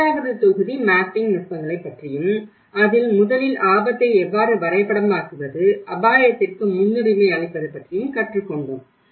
இரண்டாவது தொகுதி மேப்பிங் நுட்பங்களைப் பற்றியும் அதில் முதலில் ஆபத்தை எவ்வாறு வரைபடமாக்குவது அபாயத்திற்கு முன்னுரிமை அளிப்பது பற்றியும் கற்றுக்கொண்டோம்